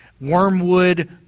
Wormwood